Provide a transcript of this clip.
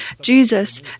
Jesus